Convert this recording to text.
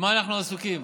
במה אנחנו עסוקים?